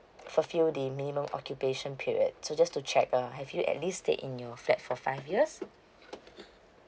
fulfill the minimum occupation period so just to check uh have you at least stay in your flat for five years